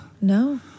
No